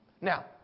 Now